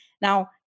Now